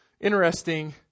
interesting